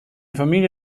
familie